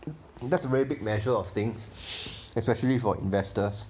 that's a very big measure of things especially for investors